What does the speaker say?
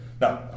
Now